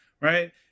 right